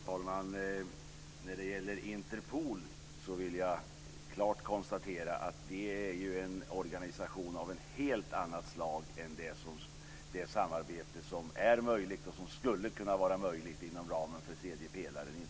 Fru talman! Jag vill klart konstatera att Interpol är en organisation av ett helt annat slag än det samarbete som är möjligt och som skulle kunna vara möjligt inom ramen för tredje pelaren.